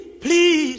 please